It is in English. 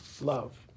love